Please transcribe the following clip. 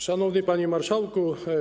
Szanowny Panie Marszałku!